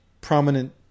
prominent